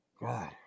God